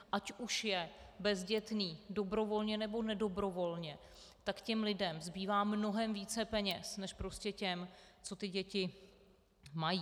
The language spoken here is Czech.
Ať už je bezdětný dobrovolně, nebo nedobrovolně, tak těm lidem zbývá mnohem více peněz než těm, co ty děti mají.